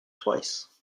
twice